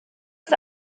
ist